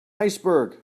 iceberg